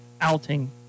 outing